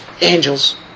angels